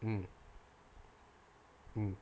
mm mm